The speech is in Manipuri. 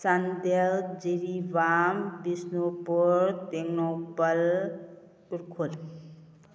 ꯆꯥꯟꯗꯦꯜ ꯖꯤꯔꯤꯕꯥꯝ ꯕꯤꯁꯅꯨꯄꯨꯔ ꯇꯦꯡꯅꯧꯄꯜ ꯎꯈ꯭ꯔꯨꯜ